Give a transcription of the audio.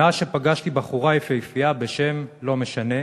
מאז שפגשתי בחורה יפהפייה בְּשם" לא משנה,